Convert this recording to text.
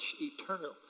eternal